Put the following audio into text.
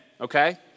okay